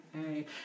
hey